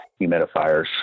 humidifiers